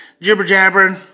jibber-jabbering